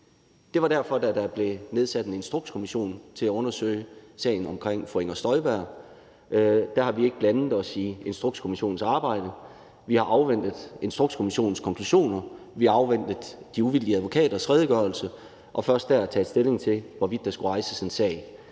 Det var derfor, at vi, da der blev nedsat en instrukskommission til at undersøge sagen omkring fru Inger Støjberg, ikke blandede os i Instrukskommissionens arbejde. Vi har afventet Instrukskommissionens konklusioner, og vi har afventet de uvildige advokaters redegørelse, og først derefter har vi taget stilling til, hvorvidt der skulle rejses en sag.